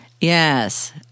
Yes